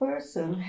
person